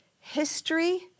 History